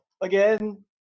again